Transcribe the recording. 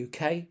UK